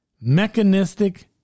mechanistic